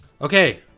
Okay